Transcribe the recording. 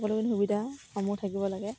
সকলোখিনি সুবিধা সমূহ থাকিব লাগে